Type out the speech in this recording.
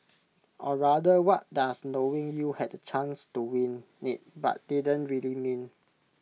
or rather what does knowing you had the chance to win IT but didn't really mean